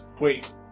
Wait